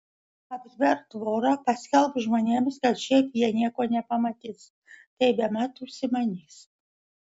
aptverk tvora paskelbk žmonėms kad šiaip jie nieko nepamatys tai bemat užsimanys